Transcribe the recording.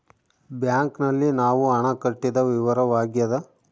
bank ನಲ್ಲಿ ನಾವು ಹಣ ಕಟ್ಟಿದ ವಿವರವಾಗ್ಯಾದ